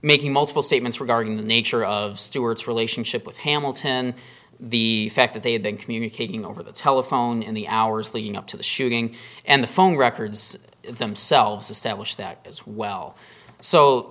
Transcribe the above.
making multiple statements regarding the nature of stuart's relationship with hamilton the fact that they had been communicating over the telephone in the hours leading up to the shooting and the phone records themselves establish that as well so